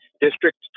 District